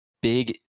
big